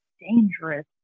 dangerous